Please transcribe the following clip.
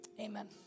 amen